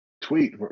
tweet